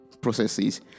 processes